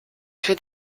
für